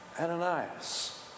Ananias